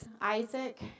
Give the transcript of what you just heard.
Isaac